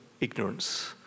ignorance